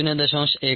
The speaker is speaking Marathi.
1 आहे